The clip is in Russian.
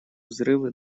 взрывы